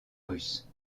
russe